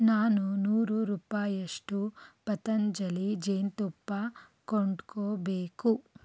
ನಾನು ನೂರು ರೂಪಾಯಷ್ಟು ಪತಂಜಲಿ ಜೇನುತುಪ್ಪ ಕೊಂಡ್ಕೊಳ್ಬೇಕು